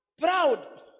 proud